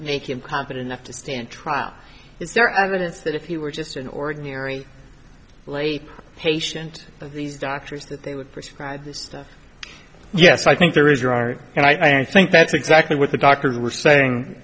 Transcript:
make him competent enough to stand trial is there evidence that if he were just an ordinary late patient of these doctors that they would prescribe this stuff yes i think there is you are and i think that's exactly what the doctors were saying